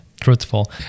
truthful